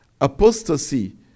apostasy